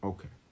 Okay